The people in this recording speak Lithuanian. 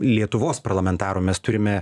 lietuvos parlamentarų mes turime